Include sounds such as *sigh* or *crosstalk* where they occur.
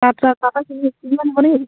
*unintelligible*